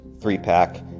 three-pack